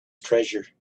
treasure